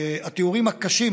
התיאורים הקשים,